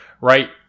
right